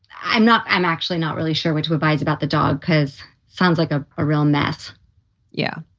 i'm not i'm actually not really sure what to advise about the dog, cause sounds like ah a real mess yeah,